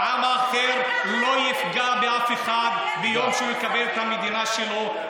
העם האחר לא יפגע באף אחד ביום שהוא יקבל את המדינה שלו,